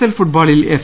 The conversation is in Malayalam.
എൽ ഫുട്ബോളിൽ എഫ്